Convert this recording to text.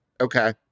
Okay